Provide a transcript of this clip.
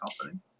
company